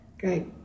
Great